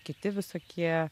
kiti visokie